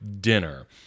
dinner